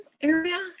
area